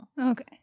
Okay